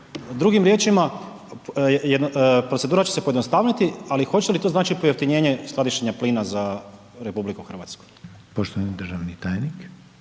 Drugim riječima, procedura će se pojednostaviti, ali hoće li to značiti pojeftinjenje skladištenja plina za RH? **Reiner, Željko (HDZ)** Poštovani državni tajnik.